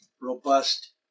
robust